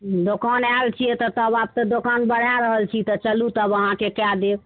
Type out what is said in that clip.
दोकान आयल छियै तऽ तब आब तऽ दोकान बढ़ा रहल छी तऽ चलू तब अहाँके कए देब